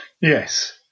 Yes